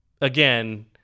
again